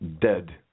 dead